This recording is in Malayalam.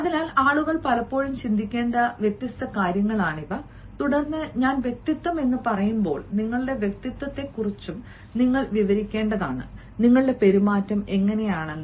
അതിനാൽ ആളുകൾ പലപ്പോഴും ചിന്തിക്കേണ്ട വ്യത്യസ്ത കാര്യങ്ങളാണിവ തുടർന്ന് ഞാൻ വ്യക്തിത്വം എന്ന് പറയുമ്പോൾ നിങ്ങളുടെ വ്യക്തിത്വത്തെക്കുറിച്ചും നിങ്ങൾ വിവരിക്കേണ്ടതാണ് നിങ്ങളുടെ പെരുമാറ്റം എങ്ങനെയാണെന്നും